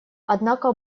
однако